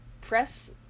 press